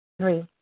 three